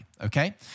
okay